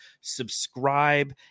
subscribe